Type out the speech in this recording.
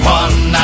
one